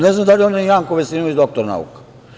Ne znam da li je onaj Janko Veselinović doktor nauka?